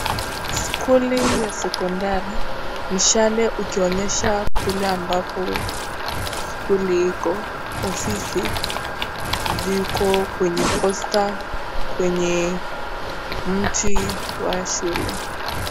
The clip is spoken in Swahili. Skuli ya sekondari, mshale ukionyesha kule ambapo skuli iko, ofisi ziko kwenye posta kwenye mti wa shule.